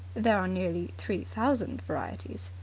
there are nearly three thousand varieties,